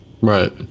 Right